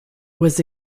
was